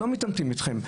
אנחנו לא מתעמתים אתכם,